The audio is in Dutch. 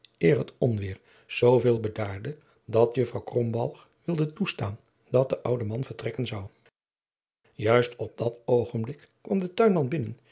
eer het onweder zooveel bedaarde dat juffr krombalg wilde toestaan dat de oude man vertrekken zou juist op dat oogenblik kwam de tuinman binnen